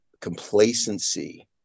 complacency